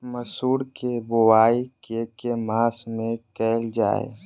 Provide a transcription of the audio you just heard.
मसूर केँ बोवाई केँ के मास मे कैल जाए?